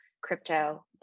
crypto